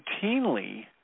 routinely